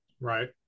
Right